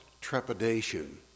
trepidation